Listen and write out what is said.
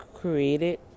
created